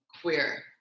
queer